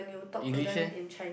English eh